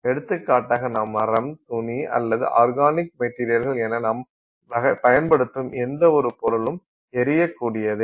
எடுத்துக்காட்டாக நாம் மரம் துணி அல்லது ஆர்கானிக் மெட்டீரியல்கள் என நாம் பயன்படுத்தும் எந்தவொரு பொருளும் எரியக்ககூடியதே